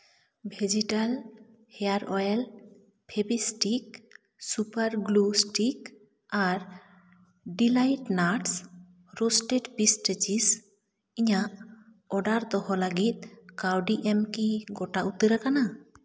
Vegetal hair oil Fevistick super glue stick ᱟᱨ delight nuts roasted pistachios ᱤᱧᱟ ᱜ order ᱫᱚᱦᱚ ᱞᱟᱹᱜᱤᱫ ᱠᱟᱹᱣᱰᱤ ᱮᱢ ᱠᱤ ᱜᱚᱴᱟ ᱩᱛᱟᱹᱨ ᱟᱠᱟᱱᱟ